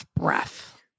breath